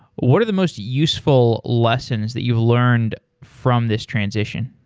what are the most useful lessons that you've learned from this transition?